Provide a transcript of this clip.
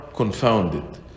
confounded